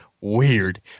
weird